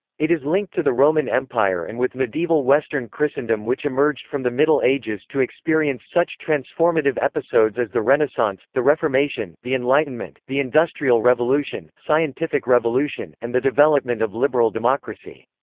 it is linked to the roman empire and with medieval western christendom which emerged from the middle ages to experience such transformative episodes as the renaissance, the reformation, the enlightenment, the industrial revolution, scientific revolution, and the development of liberal democracy.